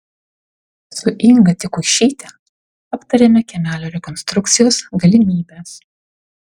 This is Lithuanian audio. su inga tikuišyte aptarėme kiemelio rekonstrukcijos galimybes